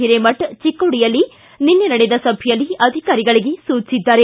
ಹಿರೇಮಠ ಚಿಕ್ಕೋಡಿಯಲ್ಲಿ ನಿನ್ನೆ ನಡೆದ ಸಭೆಯಲ್ಲಿ ಅಧಿಕಾರಿಗಳಿಗೆ ಸೂಚಿಸಿದ್ದಾರೆ